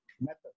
method